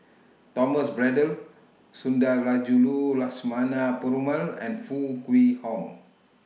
Thomas Braddell Sundarajulu Lakshmana Perumal and Foo Kwee Horng